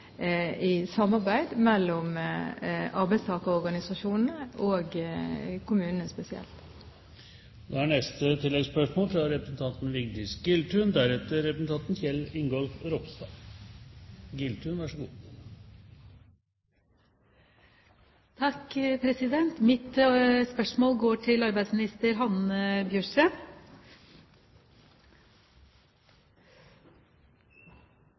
i samarbeid mellom arbeidstakerorganisasjonene og kommunene spesielt. Vigdis Giltun – til oppfølgingsspørsmål. Mitt spørsmål går til arbeidsminister Hanne